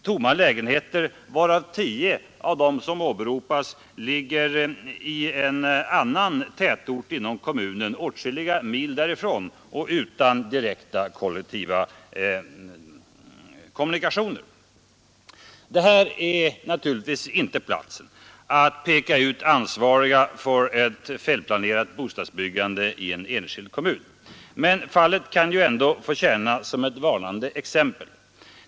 Tio av de åberopade lägenheterna ligger i en annan tätort inom kommunen, åtskilliga mil från Husum och utan direkta kollektiva Det här är naturligtvis inte platsen att peka ut ansvariga för ett felplanerat bostadsbyggande i en enskild kommun, men fallet kan ju ändå få tjäna som ett varnande exempel.